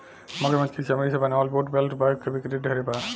मगरमच्छ के चमरी से बनावल बूट, बेल्ट, बैग के बिक्री ढेरे बा